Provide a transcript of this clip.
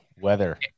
Weather